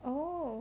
oh